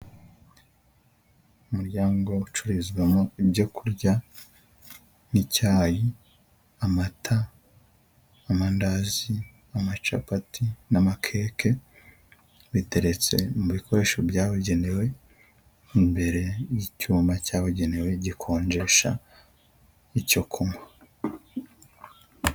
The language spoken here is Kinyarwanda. Umuryango ucururizwamo ibyo kurya n'icyayi, amata, amandazi, amacapati n'amakeke biteretse mu bikoresho byabugenewe, imbere y'icyuma cyabugenewe gikonjesha icyo kunywa.